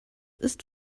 ist